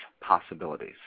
possibilities